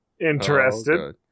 Interested